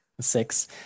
Six